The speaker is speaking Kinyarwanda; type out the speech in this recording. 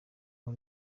uwo